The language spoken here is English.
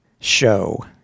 show